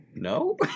No